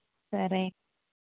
సరే అయితే